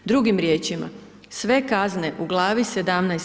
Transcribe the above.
Drugim riječima, sve kazne u glavi 17.